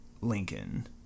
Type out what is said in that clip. Lincoln